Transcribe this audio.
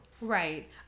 Right